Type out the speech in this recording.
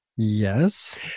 Yes